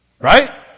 Right